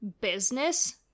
business